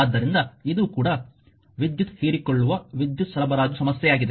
ಆದ್ದರಿಂದ ಇದು ಕೂಡ ವಿದ್ಯುತ್ ಹೀರಿಕೊಳ್ಳುವ ವಿದ್ಯುತ್ ಸರಬರಾಜು ಸಮಸ್ಯೆಯಾಗಿದೆ